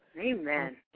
Amen